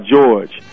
George